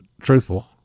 truthful